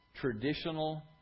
traditional